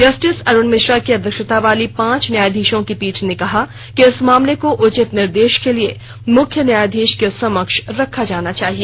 justice Arun Mishra की अध्यक्षता वाली पांच न्यायधीशों की पीठ ने कहा कि इस मामले को उचित निर्देश के लिए मुख्य न्यायाधीश के समक्ष रखा जाना चाहिए